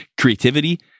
Creativity